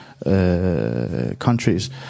Countries